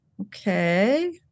Okay